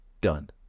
Done